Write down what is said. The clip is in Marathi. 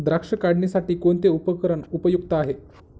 द्राक्ष काढणीसाठी कोणते उपकरण उपयुक्त आहे?